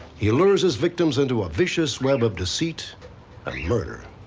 he lures his victims into a vicious web of deceit and murder.